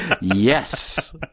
Yes